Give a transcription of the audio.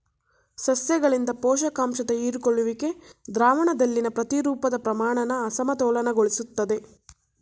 ಸಸ್ಯಗಳಿಂದ ಪೋಷಕಾಂಶದ ಹೀರಿಕೊಳ್ಳುವಿಕೆ ದ್ರಾವಣದಲ್ಲಿನ ಪ್ರತಿರೂಪದ ಪ್ರಮಾಣನ ಅಸಮತೋಲನಗೊಳಿಸ್ತದೆ